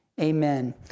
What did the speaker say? Amen